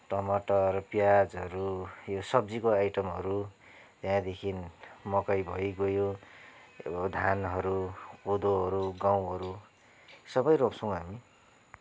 टमाटर प्याजहरू यो सब्जीको आइटमहरू त्यहाँदेखि मकै भइगयो अब धानहरू कोदोहरू गहुँहरू सबै रोप्छौँ हामी